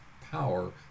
power